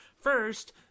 First